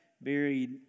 buried